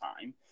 time